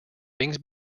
things